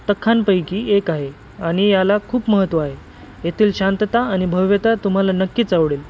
तखांपैकी एक आहे आणि याला खूप महत्त्व आहे येथील शांतता आणि भव्यता तुम्हाला नक्कीच आवडेल